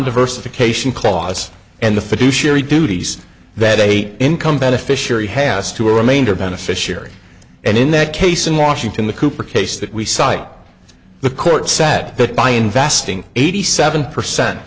diversification clause and the fiduciary duties that a income beneficiary has to a remainder beneficiary and in that case in washington the cooper case that we cite the court sad but by investing eighty seven percent